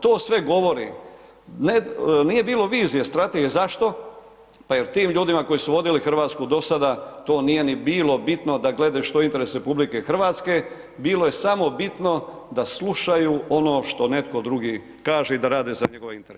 To sve govori, ne nije bilo vizije, strategije zašto, pa jel tim ljudima, koji su vodili Hrvatsku, do sada to nije ni bilo bitno, da gledaju što je interes RH, bilo je samo bitno, da slušaju ono što netko drugi kaže i da rade za njegove interese.